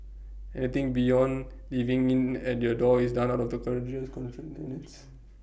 anything beyond leaving in at your door is done out of the courier's country kindness